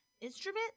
Instrument